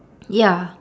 ya